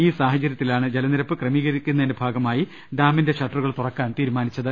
ഈ സാഹചര്യത്തിലാണ് ജലനിരപ്പ് ക്രമീകരിക്കുന്നതിന്റെ ഭാഗമായി ഡാമിന്റെ ഷട്ടറുകൾ തുറ ക്കാൻ തീരുമാനിച്ചത്